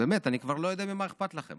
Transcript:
באמת, אני כבר לא יודע ממה אכפת לכם.